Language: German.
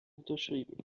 unterschrieben